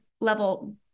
level